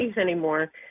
anymore